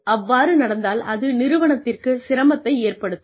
அவ்வாறு நடந்தால் அது நிறுவனத்திற்குச் சிரமத்தை ஏற்படுத்தும்